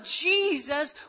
Jesus